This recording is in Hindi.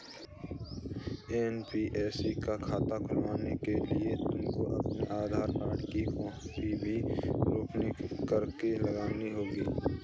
एन.पी.एस का खाता खुलवाने के लिए तुमको अपने आधार कार्ड की कॉपी भी स्कैन करके लगानी होगी